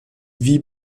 wie